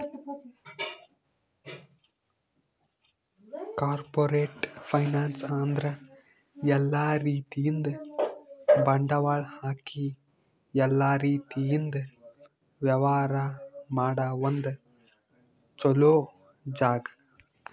corporate finance ಅಂದ್ರ ಎಲ್ಲಾ ರೀತಿಯಿಂದ್ ಬಂಡವಾಳ್ ಹಾಕಿ ಎಲ್ಲಾ ರೀತಿಯಿಂದ್ ವ್ಯವಹಾರ್ ಮಾಡ ಒಂದ್ ಚೊಲೋ ಜಾಗ